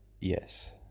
Yes